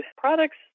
products